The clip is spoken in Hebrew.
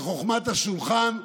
בחוכמת השולחן,